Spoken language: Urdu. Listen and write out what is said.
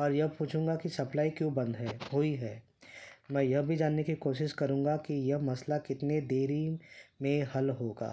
اور یہ پوچھوں گا کہ سپلائی کیوں بند ہے ہوئی ہے میں یہ بھی جاننے کی کوشش کروں گا کہ یہ مسئلہ کتنے دیر میں حل ہوگا